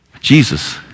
Jesus